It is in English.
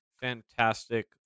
Fantastic